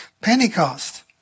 Pentecost